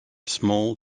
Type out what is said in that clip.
small